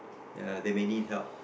ya they may need help